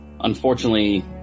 Unfortunately